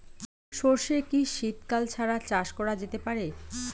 সর্ষে কি শীত কাল ছাড়া চাষ করা যেতে পারে?